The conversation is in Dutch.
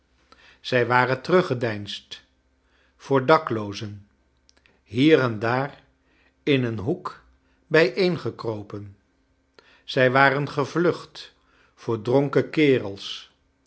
zij waren teruggedeinsd voor daklo oz en hier en daar in een hoek bijeengekropen zij waren gevlucht voor dronken kerels